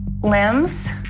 limbs